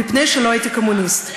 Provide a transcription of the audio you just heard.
מפני שלא הייתי קומוניסט,